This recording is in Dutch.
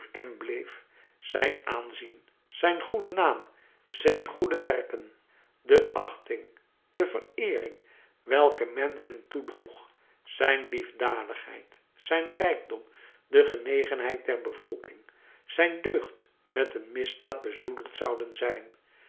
zijn aanzien zijn goede naam zijn goede werken de achting de vereering welke men hem toedroeg zijn liefdadigheid zijn rijkdom de genegenheid der bevolking zijn deugd met een misdaad bezoedeld zouden zijn